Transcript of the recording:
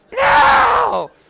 No